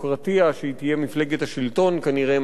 שתהיה מפלגת השלטון כנראה מעכשיו,